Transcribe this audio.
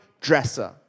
dresser